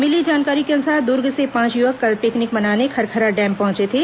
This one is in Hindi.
मिली जानकारी के अनुसार दुर्ग से पांच युवक कल पिकनिक मनाने खरखरा डैम पहुंचे थे